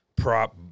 prop